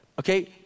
Okay